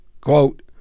quote